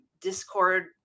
discord